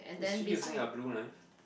is she using a blue knife